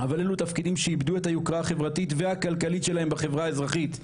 אבל אלו תפקידים שאיבדו את היוקרה החברתית והכלכלית שלהם בחברה האזרחית,